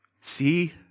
See